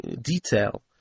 detail